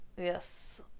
Yes